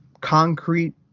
concrete